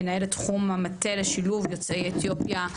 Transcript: מנהלת תחום המטה לשילוב יוצאי אתיופיה,